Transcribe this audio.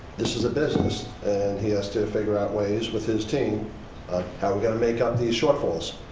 this is a business and he has to figure out ways with his team how are we going to make-up these shortfalls?